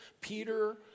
Peter